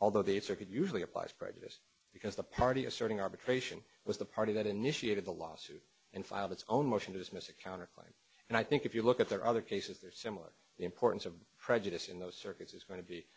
although the circuit usually applies prejudice because the party asserting arbitration was the party that initiated the lawsuit and filed its own motion to dismiss a counterclaim and i think if you look at their other cases they're similar the importance of prejudice in those circuits